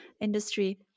industry